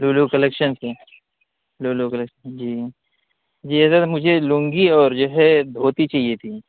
Lulu collection سے Lulu collection جی جی ذرا مجھے لنگی اور جو ہے دھوتی چاہیے تھی